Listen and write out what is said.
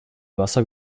wasser